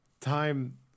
Time